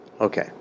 Okay